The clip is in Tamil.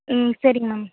ம் சரிங்க மேம்